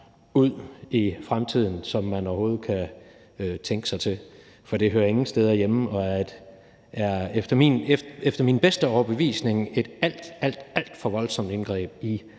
ud i fremtiden, som man overhovedet kan tænke sig til, for det hører ingen steder hjemme, og det er efter min bedste overbevisning et alt, alt for voldsomt indgreb i